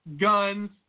guns